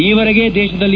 ಈ ವರೆಗೆ ದೇಶದಲ್ಲಿ